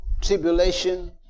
tribulation